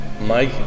Mike